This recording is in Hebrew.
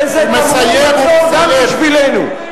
וזה תמרור עצור גם בשבילנו.